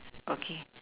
okay